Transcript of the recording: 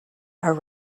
are